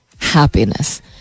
happiness